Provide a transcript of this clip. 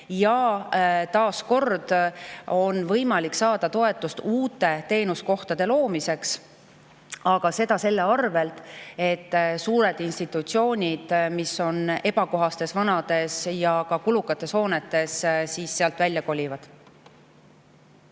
Ja taas kord on võimalik saada toetust uute teenuskohtade loomiseks, aga seda sellel [tingimusel], et suured institutsioonid, mis on ebakohastes, vanades ja ka kulukates hoonetes, sealt välja kolivad.